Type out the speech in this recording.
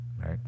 right